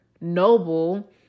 noble